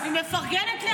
אני מפרגנת לאלמוג.